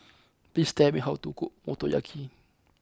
please tell me how to cook Motoyaki